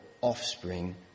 offspring